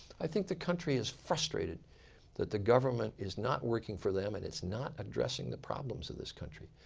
i think the country is frustrated that the government is not working for them and it's not addressing the problems of this country.